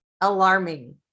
alarming